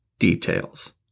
details